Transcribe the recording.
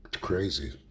crazy